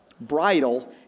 Bridle